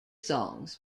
songs